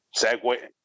segue